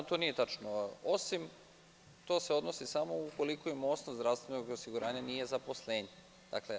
To nije tačno, osim da se to odnosi samo ukoliko im osnov zdravstvenog osiguranja nije zaposlenje.